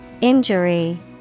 Injury